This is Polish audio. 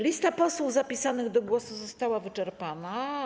Lista posłów zapisanych do głosu została wyczerpana.